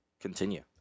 Continue